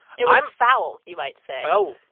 it was foul, you might say oh